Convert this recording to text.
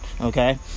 okay